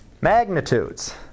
magnitudes